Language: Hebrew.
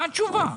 מה התשובה?